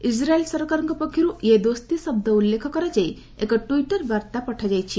Israel ସରକାରଙ୍କ ପକ୍ଷରୁ 'ୟେ ଦୋସ୍ତୀ' ଶବ୍ଦ ଉଲ୍ଲେଖ କରାଯାଇ ଏକ ଟ୍ୱିଟର ବାର୍ଭା ପଠାଯାଇଛି